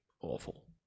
awful